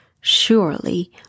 Surely